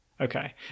Okay